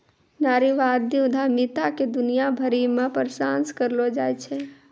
नारीवादी उद्यमिता के दुनिया भरी मे प्रशंसा करलो जाय छै